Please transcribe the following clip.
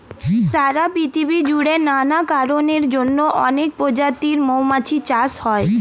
সারা পৃথিবী জুড়ে নানা কারণের জন্যে অনেক প্রজাতির মৌমাছি চাষ হয়